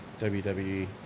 wwe